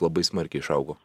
labai smarkiai išaugo